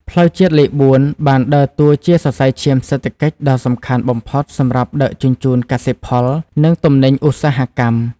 ផ្លូវជាតិលេខ ៤ បានដើរតួជាសរសៃឈាមសេដ្ឋកិច្ចដ៏សំខាន់បំផុតសម្រាប់ដឹកជញ្ជូនកសិផល និងទំនិញឧស្សាហកម្ម។